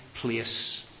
place